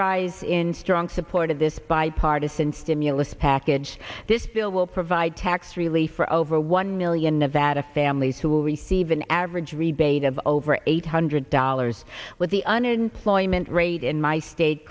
rise in strong support of this bipartisan stimulus package this bill will provide tax relief for over one million nevada families who will receive an average rebate of over eight hundred dollars with the unemployment rate in my state